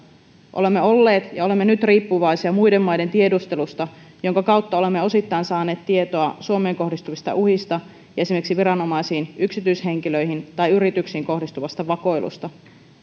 olemme olleet ja olemme nyt riippuvaisia muiden maiden tiedustelusta jonka kautta olemme osittain saaneet tietoa suomeen kohdistuvista uhista ja esimerkiksi viranomaisiin yksityishenkilöihin tai yrityksiin kohdistuvasta vakoilusta